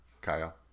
Kyle